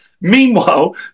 Meanwhile